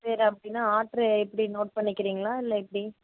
சரி அப்படின்னா ஆர்டரு எப்படி நோட் பண்ணிக்கிறீங்களா இல்லை எப்படி